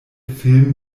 film